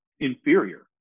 inferior